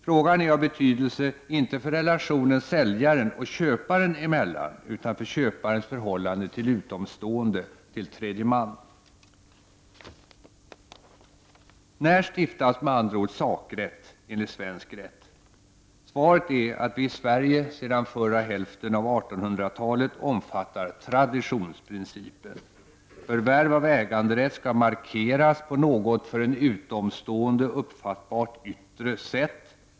Frågan är av betydelse, inte för relationen säljaren och köparen emellan utan för köparens förhållande till utomstående, till tredje man. När stiftas med andra ord sakrätt enligt svensk rätt? Svaret är att vi i Sverige sedan förra hälften av 1800-talet omfattar traditionsprincipen. Förvärv av äganderätt skall markeras på något för en utom stående uppfattbart yttre sätt.